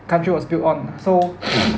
country was built on so